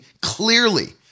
clearly